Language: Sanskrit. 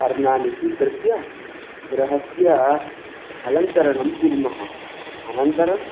पर्णानि स्वीकृत्य गृहस्य अलङ्करणं कुर्मः अनन्तरम्